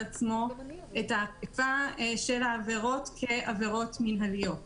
עצמו את האכיפה של העבירות כעבירות מינהליות.